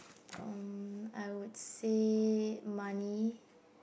erm I would say money